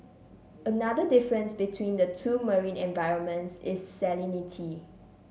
another difference between the two marine environments is salinity